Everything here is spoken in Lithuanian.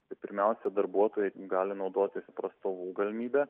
tai pirmiausia darbuotojai gali naudotis prastovų galimybe